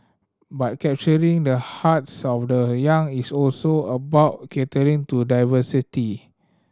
but capturing the hearts of the young is also about catering to diversity